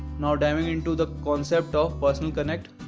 now diving into the concept of personal connect.